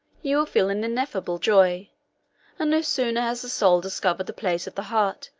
you will feel an ineffable joy and no sooner has the soul discovered the place of the heart,